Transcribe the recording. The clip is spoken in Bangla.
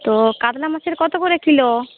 তো কাতলা মাছের কত করে কিলো